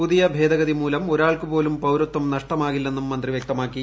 പുതിയ ഭേദഗതിമൂലം ഒരാൾക്ക് പോലും പൌരത്വം നഷ്ടമാകില്ലെന്നും മന്ത്രി വ്യക്തമാക്കി